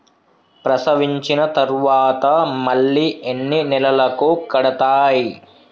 ప్రసవించిన తర్వాత మళ్ళీ ఎన్ని నెలలకు కడతాయి?